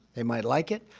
they might like it.